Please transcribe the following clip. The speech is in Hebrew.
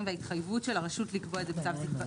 וההתחייבות של הרשות לקבוע את זה בצו,